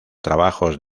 trabajos